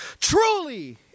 Truly